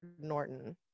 Norton